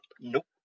Nope